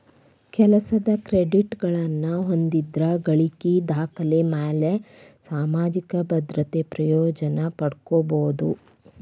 ಕೆಲಸದ್ ಕ್ರೆಡಿಟ್ಗಳನ್ನ ಹೊಂದಿದ್ರ ಗಳಿಕಿ ದಾಖಲೆಮ್ಯಾಲೆ ಸಾಮಾಜಿಕ ಭದ್ರತೆ ಪ್ರಯೋಜನ ಪಡ್ಕೋಬೋದು